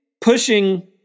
pushing